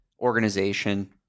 organization